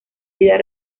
vida